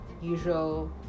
usual